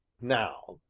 now,